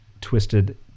Twisted